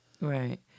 Right